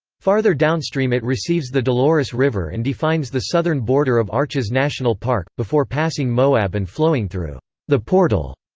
farther downstream it receives the dolores river and defines the southern border of arches national park, before passing moab and flowing through the portal,